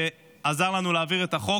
שעזר לנו להעביר את החוק,